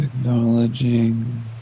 Acknowledging